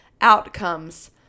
outcomes